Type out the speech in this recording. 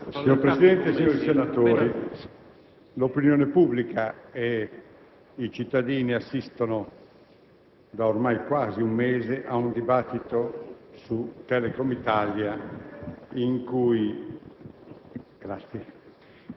Signor Presidente, onorevoli senatori, l'opinione pubblica e i cittadini italiani assistono, da ormai quasi un mese, ad un dibattito su Telecom Italia in cui